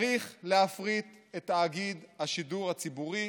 צריך להפריט את תאגיד השידור הציבורי,